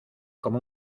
como